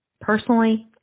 Personally